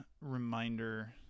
reminder